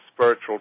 spiritual